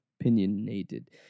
opinionated